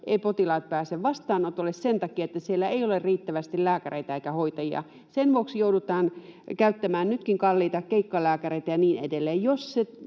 potilaat pääse vastaanotolle sen takia, että siellä ei ole riittävästi lääkäreitä eikä hoitajia. Sen vuoksi joudutaan käyttämään nytkin kalliita keikkalääkäreitä ja niin edelleen.